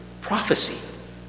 prophecy